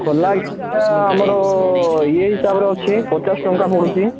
ଖୋଲା ଆମର ଇଏ ହିସାବରେ ଅଛି ପଚାଶ ଟଙ୍କା ପଡ଼ୁଛି